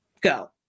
Go